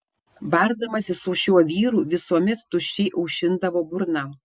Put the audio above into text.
bardamasi su šiuo vyru visuomet tuščiai aušindavo burną